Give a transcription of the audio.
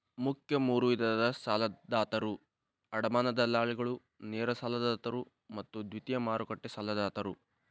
ಮುಖ್ಯ ಮೂರು ವಿಧದ ಸಾಲದಾತರು ಅಡಮಾನ ದಲ್ಲಾಳಿಗಳು, ನೇರ ಸಾಲದಾತರು ಮತ್ತು ದ್ವಿತೇಯ ಮಾರುಕಟ್ಟೆ ಸಾಲದಾತರು